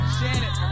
Shannon